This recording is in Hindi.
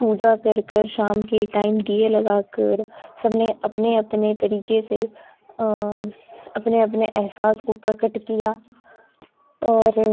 पूजा कर कर शाम के टाइम दिए लगा कर सबने अपने अपने तरीके से अपने अपने एहसास को प्रकट किया और